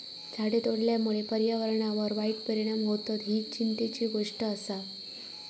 झाडे तोडल्यामुळे पर्यावरणावर वाईट परिणाम होतत, ही चिंतेची गोष्ट आसा